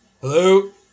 hello